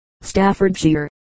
Staffordshire